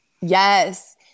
Yes